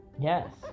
Yes